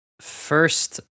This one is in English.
first